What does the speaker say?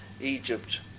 Egypt